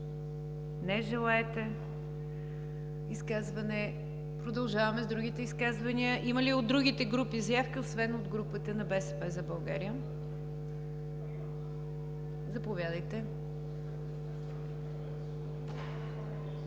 не желае изказване. Продължаваме с другите изказвания. Има ли от другите групи изказвания, освен от групата на „БСП за България“? Заповядайте.